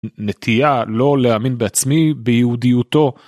נטייה לא להאמין בעצמי ביהודיותו.